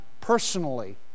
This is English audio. personally